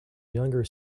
younger